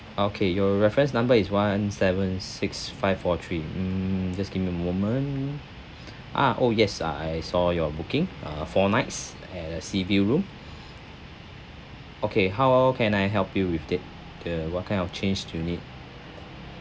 okay your reference number is one seven six five four three mm just give me a moment ah oh yes I saw your booking uh four nights at a sea view room okay how can I help you with it the what kind of change do you need